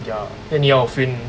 ya then 你要 fill in